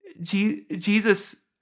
Jesus